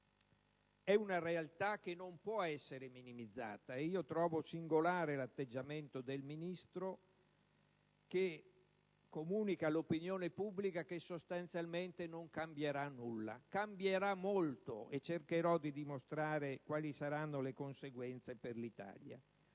È una realtà che non può essere minimizzata, e trovo singolare l'atteggiamento del Ministro, che comunica all'opinione pubblica che sostanzialmente non cambierà nulla. Cambierà molto, e cercherò di dimostrare quali saranno le conseguenze per l'Italia.